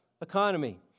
economy